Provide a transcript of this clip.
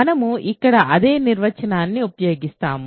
మనము ఇక్కడ అదే నిర్వచనాన్ని ఉపయోగిస్తాము